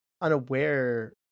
unaware